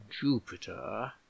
jupiter